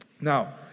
Now